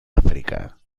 áfrica